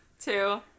two